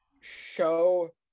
show